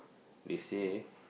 they say